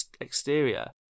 exterior